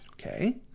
Okay